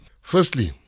Firstly